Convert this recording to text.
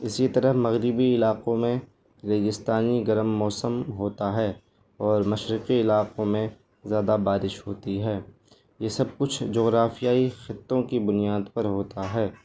اسی طرح مغربی علاقوں میں ریگستانی گرم موسم ہوتا ہے اور مشرقی علاقوں میں زیادہ بارش ہوتی ہے یہ سب کچھ جغرافیائی خطوں کی بنیاد پر ہوتا ہے